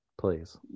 please